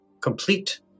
complete